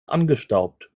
angestaubt